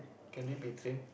can it be train